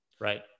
Right